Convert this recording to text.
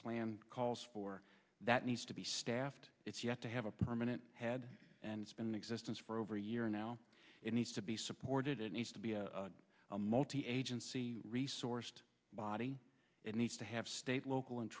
plan calls for that needs to be staffed it's you have to have a permanent head and it's been an existence for over a year now it needs to be supported it needs to be a multi agency resourced body it needs to have state local and